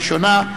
הראשונה,